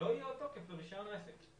לא יהיה תוקף לרישיון עסק.